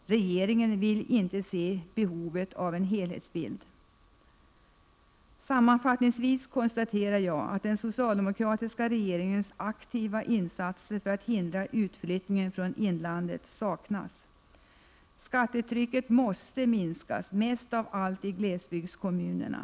Regeringen vill inte se behovet av en helhetsbild. Sammanfattningsvis konstaterar jag att den socialdemokratiska regeringens aktiva insatser för att hindra utflyttningen från inlandet saknas. Skattetrycket måste minskas framför allt i glesbygdskommunerna.